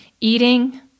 eating